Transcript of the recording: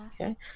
Okay